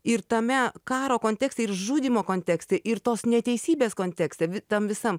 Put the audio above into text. ir tame karo kontekste ir žudymo kontekste ir tos neteisybės kontekste tam visam